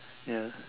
ya